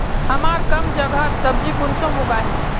हमार कम जगहत सब्जी कुंसम उगाही?